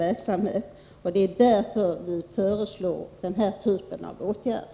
Det är därför vi har föreslagit besparingsåtgärder.